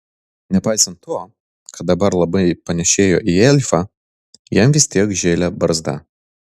nepaisant to kad dabar labai panėšėjo į elfą jam vis tiek žėlė barzda